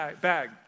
bag